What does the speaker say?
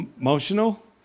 emotional